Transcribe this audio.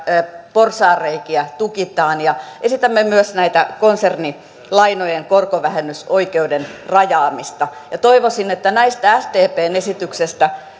porsaanreikiä tukitaan ja esitämme myös konsernilainojen korkovähennysoikeuden rajaamista toivoisin että näistä sdpn esityksistä